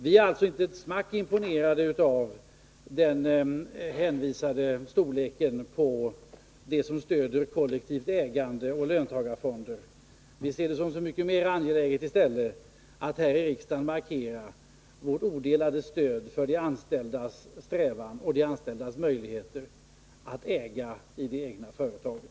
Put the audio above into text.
Vi är alltså inte ett smack imponerade av storleken hos de organisationer som stöder kollektivt ägande och löntagarfonder. Vi ser det i stället som mycket angeläget att här i riksdagen markera vårt odelade stöd för de anställdas strävan och möjligheter att äga i de egna företagen.